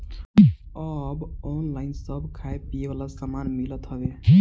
अब ऑनलाइन सब खाए पिए वाला सामान मिलत हवे